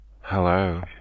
Hello